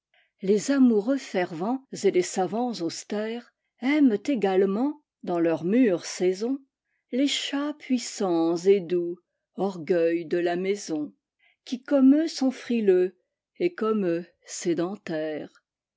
les amoureux fervents et les savants austèresaiment également dans leur mûre saison les chats puissants et doux orgueil de la maison qui comme eux sont frileux et comme eux sédentaires